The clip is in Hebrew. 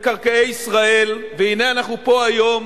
מקרקעי ישראל, והנה אנחנו פה היום,